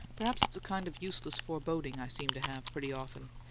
perhaps it's a kind of useless foreboding i seem to have pretty often.